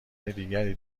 دیگری